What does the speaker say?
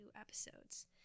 episodes